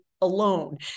alone